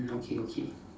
okay okay